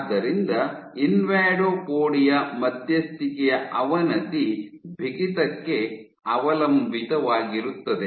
ಆದ್ದರಿಂದ ಇನ್ವಾಡೋಪೊಡಿಯಾ ಮಧ್ಯಸ್ಥಿಕೆಯ ಅವನತಿ ಬಿಗಿತಕ್ಕೆ ಅವಲಂಬಿತವಾಗಿರುತ್ತದೆ